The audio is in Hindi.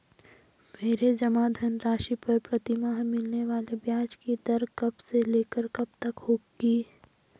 मेरे जमा धन राशि पर प्रतिमाह मिलने वाले ब्याज की दर कब से लेकर कब तक होती है?